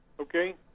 Okay